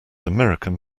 american